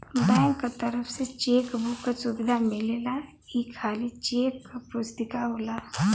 bank क तरफ से चेक बुक क सुविधा मिलेला ई खाली चेक क पुस्तिका होला